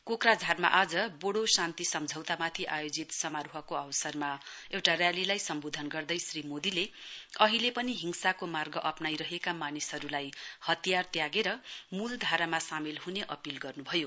कोक्राझारमा आज वोडो शान्ति सम्झौतामाथि आयोजित समारोहको अवसरमा एउटा रैलीलाई सम्वोधन गर्दै श्री मोदीले अहिले पनि हिंसाको मार्ग अप्ननाइरहेको मानिसहरुलाई हतियार त्यागेर मूलधारामा सामेल हुने अपील गर्नुभयो